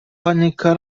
panienka